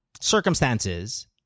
circumstances